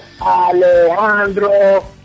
Alejandro